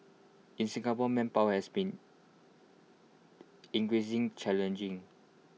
in Singapore manpower has been increasing challenging